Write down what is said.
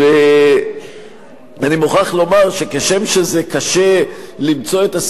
אני מוכרח לומר שכשם שקשה למצוא את הסיבות